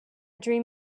dream